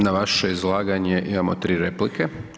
Na vaše izlaganje imamo 3 replike.